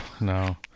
no